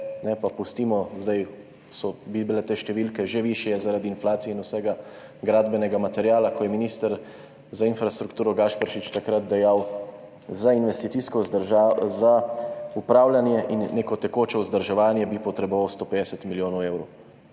pa pustimo, zdaj bi bile te številke že višje zaradi inflacije in vsega gradbenega materiala – ko je minister za infrastrukturo Gašperšič takrat dejal: za upravljanje in neko tekoče vzdrževanje bi potreboval 150 milijonov evrov.